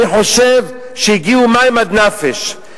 אני חושב שהגיעו מים עד נפש.